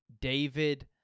David